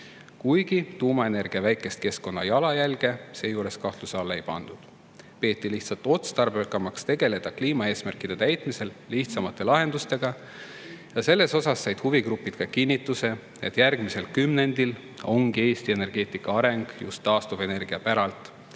Kuigi tuumaenergia väikest keskkonnajalajälge seejuures kahtluse alla ei pandud, peeti otstarbekamaks tegeleda kliimaeesmärkide täitmisel lihtsamate lahendustega. Selle kohta said huvigrupid kinnituse, et järgmisel kümnendil ongi Eesti energeetika areng just taastuvenergia päralt